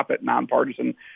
nonpartisan